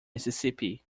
mississippi